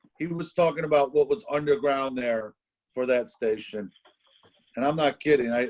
he was talking about what was underground there for that station and i'm not kidding. i,